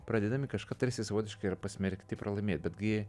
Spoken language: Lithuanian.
pradėdami kažką tarsi savotiškai yra pasmerkti pralaimėt betgi